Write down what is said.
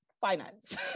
finance